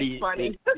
funny